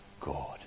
God